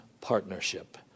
partnership